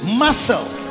muscle